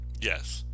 Yes